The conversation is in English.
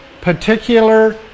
particular